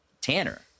Tanner